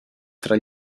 tra